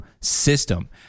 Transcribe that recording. system